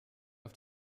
auf